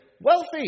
wealthy